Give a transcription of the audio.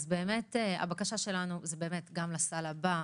אז באמת הבקשה שלנו היא גם לסל הבא,